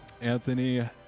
Anthony